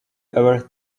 ever